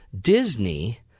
Disney